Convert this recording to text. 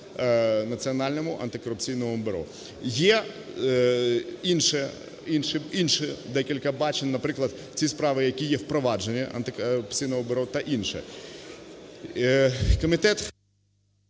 Національному антикорупційному бюро. Є інші декілька бачень. Наприклад, ці справи, які є в провадженні Антикорупційного бюро та інше.